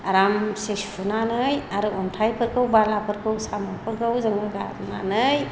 आरामसे सुनानै आरो अन्थाइफोरखौ बालाफोरखौ साम'फोरखौ जोङो गारनानै